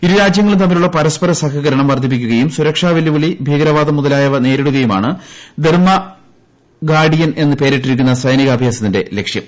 ഇരു രാജ്യങ്ങളും തമ്മിലുള്ള പരസ്പര സഹകരണം വർദ്ധിപ്പിക്കുകയും സുരക്ഷാ വെല്ലുവിളി ഭീകരവാദം മുതലായവയെ നേരിടുകയുമാണ് ദർമാ ഗാഡിയൻ എന്ന് പേരിട്ടിരിക്കുന്ന സൈനികാഭ്യാസത്തിന്റെ ലക്ഷ്യം